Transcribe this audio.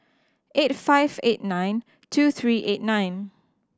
eight five eight nine two three eight nine